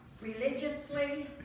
religiously